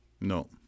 No